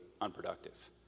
unproductive